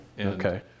okay